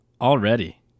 Already